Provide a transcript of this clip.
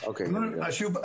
okay